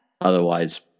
otherwise